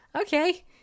Okay